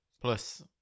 plus